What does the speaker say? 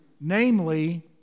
namely